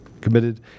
committed